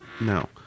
No